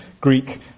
Greek